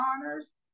honors